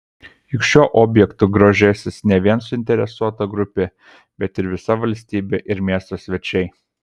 juk šiuo objektu grožėsis ne vien suinteresuota grupė bet ir visa valstybė ir miesto svečiai